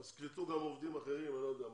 אז תקלטו גם עובדים אחרים, אני לא יודע מה,